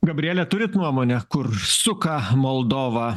gabriele turit nuomonę kur suka moldovą